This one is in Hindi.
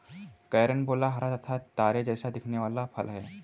कैरंबोला हरा तथा तारे जैसा दिखने वाला फल है